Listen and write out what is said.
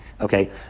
Okay